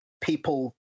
people